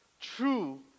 true